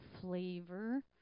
flavor